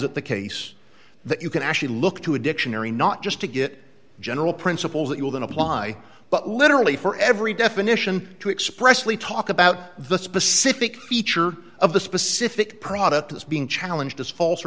it the case that you can actually look to a dictionary not just to get a general principle that you'll then apply but literally for every definition to expressly talk about the specific feature of the specific product that's being challenged is false or